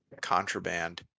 contraband